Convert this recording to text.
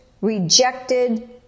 rejected